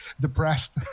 depressed